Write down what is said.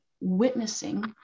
witnessing